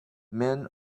men